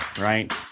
Right